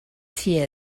see